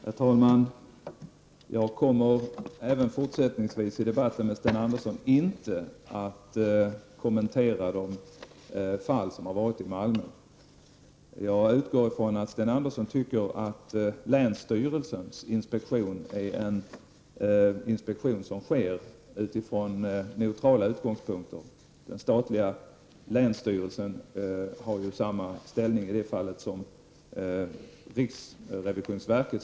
Herr talman! Jag kommer även fortsättningsvis i debatten med Sten Andersson i Malmö att avhålla mig från att kommentera de aktuella fallen i Malmö. Jag utgår från att Sten Andersson menar att länsstyrelsens inspektion är en inspektion som sker från neutrala utgångspunkter. Statliga länsstyrelsen har ju samma ställning i det fallet som riksrevisonsverket.